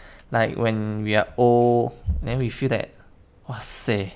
like when we are old then we feel that !wahseh!